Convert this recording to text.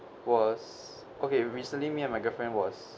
was okay recently me and my girlfriend was